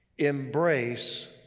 Embrace